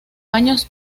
años